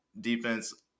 defense